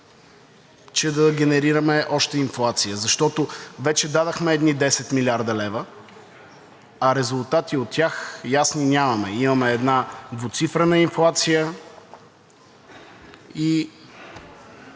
че да генерираме още инфлация. Защото вече дадохме едни 10 млрд. лв., а ясни резултати от тях нямаме – имаме една двуцифрена инфлация,